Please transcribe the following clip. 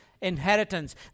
Inheritance